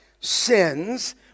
Sins